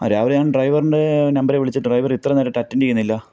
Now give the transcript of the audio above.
ആ ഞാൻ രാവിലെ ഞാൻ ഡ്രൈവറിൻ്റെ നമ്പറിൽ വിളിച്ചിട്ട് ഡ്രൈവർ ഇത്രയും നേരമായിട്ട് അറ്റൻ്റ് ചെയ്യുന്നില്ല